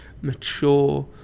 mature